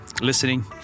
listening